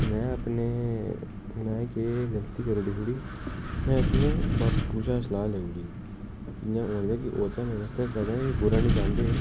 मैं अपने मैं केह् गल्ती करूड़ी थोह्ड़ी मैं अपने बापू शा सलाह् लेऊड़ी इय्यां मतलब कि ओह् तै मेरे आस्तै कदैं वि बुरा नेईं चाहंदे हे